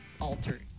altered